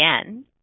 again